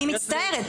אני מצטערת.